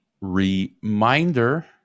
reminder